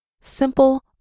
simple